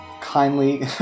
kindly